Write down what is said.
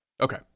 Okay